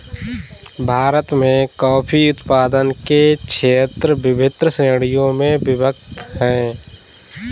भारत में कॉफी उत्पादन के क्षेत्र विभिन्न श्रेणियों में विभक्त हैं